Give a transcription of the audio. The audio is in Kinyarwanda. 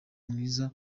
mwiza